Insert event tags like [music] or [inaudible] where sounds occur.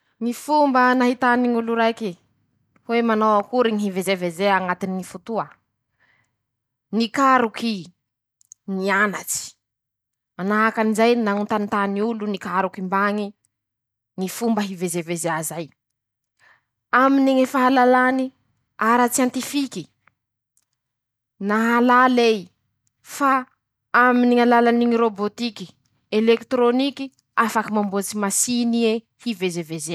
Ñy fomba nahitany ñ'olo raiky [shushes] hoe manao akory ñy hivezeavezea añatiny ñy fotoa: -Nikaroky i [shushes] ,nianatsy; manahaky anizay nañontanintany olo nikaroky mbañy ,ñy fomba hivezeavezea zay; [shushes] aminy ñy fahalàlany ara-tsiantifiky [shushes] nahalal'ey fa aminy ñy alalany ñy rôbôtiky elektrôniky afaky mamboatsy masiny ie ,hivezeavezea.